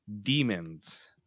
demons